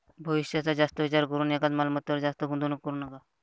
भविष्याचा जास्त विचार करून एकाच मालमत्तेवर जास्त गुंतवणूक करू नका